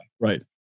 Right